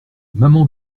maman